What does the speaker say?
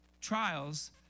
trials